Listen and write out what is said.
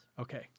Okay